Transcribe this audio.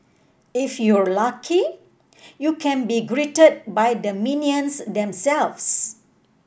if you're lucky you can be greeted by the minions themselves